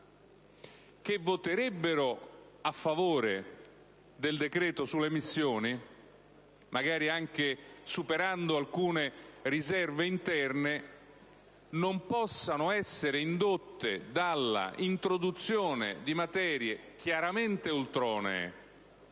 che voterebbero a favore del decreto sulle missioni, magari anche superando alcune riserve interne, possano essere indotte - dall'introduzione di materie chiaramente ultronee